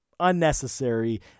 unnecessary